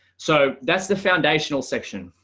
so that's the foundational section.